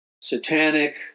satanic